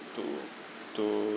to to